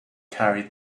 carried